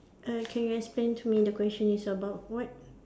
err can you explain to me the question is about what